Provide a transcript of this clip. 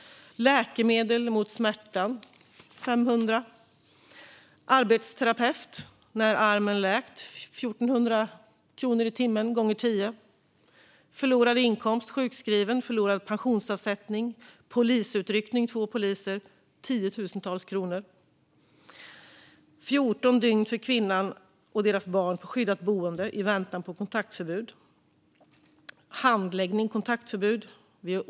Läkemedel mot smärta, 500 kronor. Arbetsterapeut när armen läkt, 1 400 kronor i timmen gånger tio. Förlorad inkomst, sjukskrivning, förlorad pensionsavsättning. Polisutryckning med två poliser, tiotusentals kronor. 14 dygn för kvinnan och deras barn på skyddat boende i väntan på kontaktförbud. Handläggning av kontaktförbud.